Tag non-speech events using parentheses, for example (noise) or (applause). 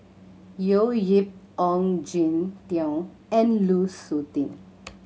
(unintelligible) Yip Ong Jin Teong and Lu Suitin